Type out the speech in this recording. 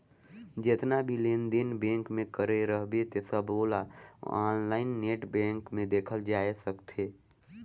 जेतना भी लेन देन बेंक मे करे रहबे ते सबोला आनलाईन नेट बेंकिग मे देखल जाए सकथे